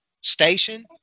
station